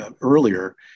earlier